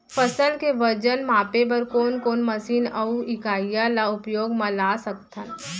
फसल के वजन मापे बर कोन कोन मशीन अऊ इकाइयां ला उपयोग मा ला सकथन?